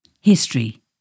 History